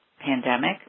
pandemic